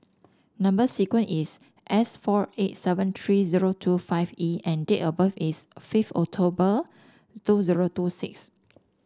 number sequence is S four eight seven three zero two five E and date of birth is fifth October two zero two six